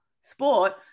sport